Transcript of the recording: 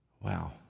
wow